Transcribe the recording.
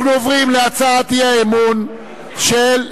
אנחנו עוברים להצעת אי-האמון של,